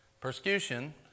Persecution